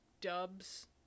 dubs